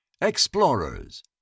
Explorers